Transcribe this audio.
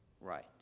Right